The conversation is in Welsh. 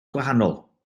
gwahanol